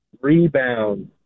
rebound